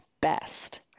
best